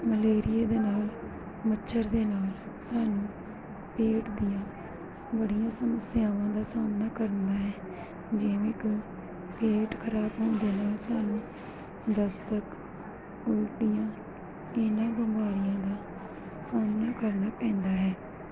ਮਲੇਰੀਏ ਦੇ ਨਾਲ ਮੱਛਰ ਦੇ ਨਾਲ ਸਾਨੂੰ ਪੇਟ ਦੀਆਂ ਬੜੀਆਂ ਸਮੱਸਿਆਵਾਂ ਦਾ ਸਾਹਮਣਾ ਕਰਨਾ ਹੈ ਜਿਵੇਂ ਕਿ ਪੇਟ ਖਰਾਬ ਹੋਣ ਦੇ ਨਾਲ ਸਾਨੂੰ ਦਸਤ ਉਲਟੀਆਂ ਇਹਨਾਂ ਬਿਮਾਰੀਆਂ ਦਾ ਸਾਹਮਣਾ ਕਰਨਾ ਪੈਂਦਾ ਹੈ